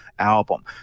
album